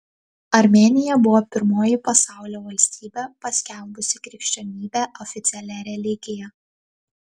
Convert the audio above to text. armėnija buvo pirmoji pasaulio valstybė paskelbusi krikščionybę oficialia religija